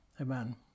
amen